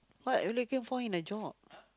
what are you looking for in a job